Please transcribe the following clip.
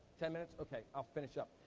ten minutes? okay, i'll finish up.